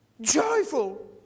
Joyful